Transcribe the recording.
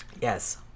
Yes